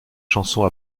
chansons